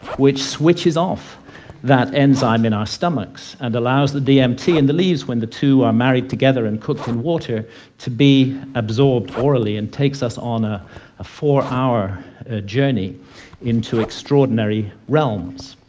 which switches off that enzyme in our stomachs, and allows the dmt in the leaves when the two are married together and cooked in water to be absorbed orally and takes us on a four hour journey into extraordinary realms.